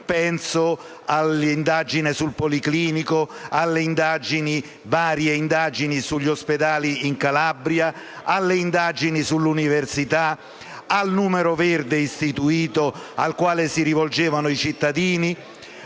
Penso all'indagine sul Policlinico, alle varie indagini sugli ospedali in Calabria, alle indagini sull'università, all'istituzione del numero verde al quale si rivolgevano i cittadini.